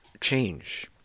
change